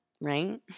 right